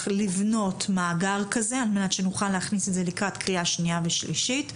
לבנות מאגר כזה על מנת שנוכל להכניס את זה לקראת קריאה שנייה ושלישית.